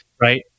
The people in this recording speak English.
Right